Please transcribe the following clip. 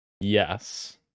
Yes